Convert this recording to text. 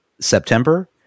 September